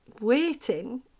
waiting